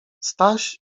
staś